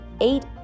eight